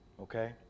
Okay